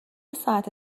ساعت